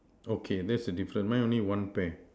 okay that's a different mine only one pear